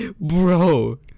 Bro